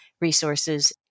resources